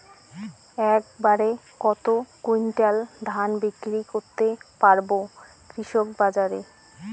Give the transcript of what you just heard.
এক বাড়ে কত কুইন্টাল ধান বিক্রি করতে পারবো কৃষক বাজারে?